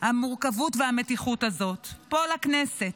המורכבות והמתיחות הזאת, פה לכנסת.